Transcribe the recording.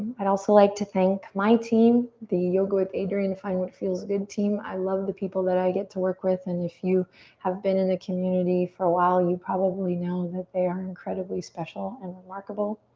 i'd also like to thank my team, the yoga with adriene find what feels good team. i love the people that i get to work with and if you have been in the community for a while you probably know that they are incredibly special and remarkable.